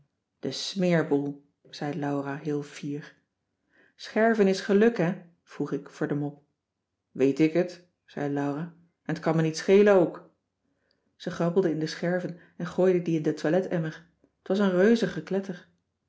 de smeerboel zei laura heel fier scherven is geluk hè vroeg ik voor de mop weet ik het zei laura en t kan me niet schelen ook ze grabbelde in de scherven en gooide die in de toiletemmer t was een